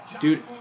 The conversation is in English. Dude